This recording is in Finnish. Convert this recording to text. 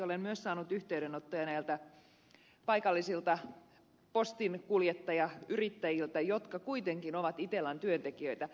olen myös saanut yhteydenottoja näiltä paikallisilta postinkuljettajayrittäjiltä jotka kuitenkin ovat itellan työntekijöitä